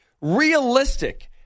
realistic